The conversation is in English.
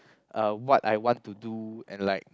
uh what I want to do and like